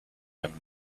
young